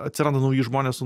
atsiranda nauji žmonės su